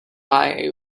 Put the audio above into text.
buy